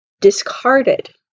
discarded